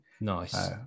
Nice